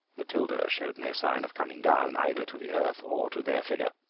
matilda showed no sign of coming down either to the earth or to their figure.